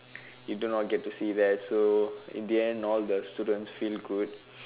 you do not get to see that so in the end all the students feel good